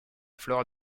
flore